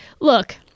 look